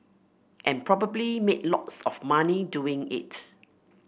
and probably made lots of money doing it